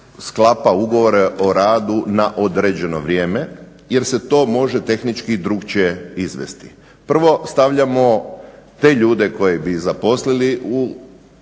ugovore o radu na određeno vrijeme jer se to može tehnički drukčije izvesti. Prvo, stavljamo te ljude koje bi zaposlili u